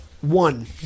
One